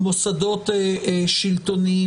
למוסדות שלטוניים,